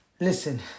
listen